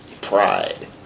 pride